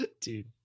Dude